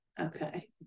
Okay